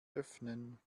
öffnen